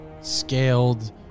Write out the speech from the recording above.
scaled